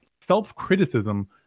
self-criticism